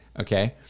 Okay